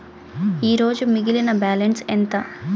ఈరోజు మిగిలిన బ్యాలెన్స్ ఎంత?